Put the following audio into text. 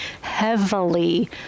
heavily